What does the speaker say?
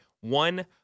one